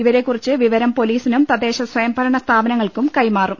ഇവരെക്കുറിച്ച് വിവരം പോലീസിനും തദ്ദേശ സ്വയം ഭരണ സ്ഥാപനങ്ങൾക്കും കൈമാറും